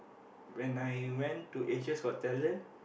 when I went to Asia's Got Talent